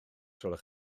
gwelwch